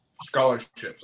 scholarships